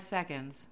Seconds